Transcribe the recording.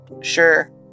Sure